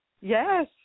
Yes